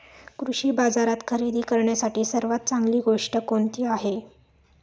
कृषी बाजारात खरेदी करण्यासाठी सर्वात चांगली गोष्ट कोणती आहे?